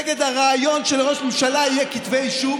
נגד הרעיון שלראש ממשלה לא יהיו כתבי אישום,